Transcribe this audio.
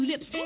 Lips